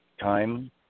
time